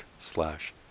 slash